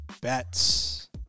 bets